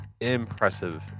impressive